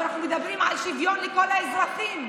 אז אנחנו מדברים על שוויון לכל האזרחים.